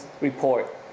report